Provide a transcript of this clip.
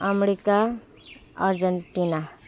America Argentina